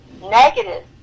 negative